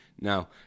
Now